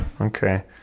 Okay